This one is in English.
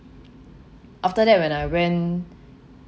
after that when I went